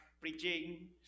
preaching